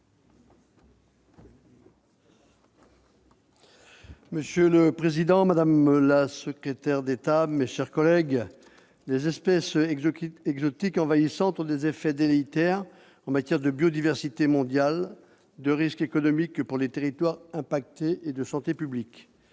Monsieur le président, madame la secrétaire d'État, mes chers collègues, les espèces exotiques envahissantes ont des effets délétères en matière de biodiversité mondiale, de risques économiques pour les territoires impactés et de santé publique.